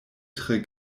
tre